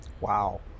wow